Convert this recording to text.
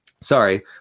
sorry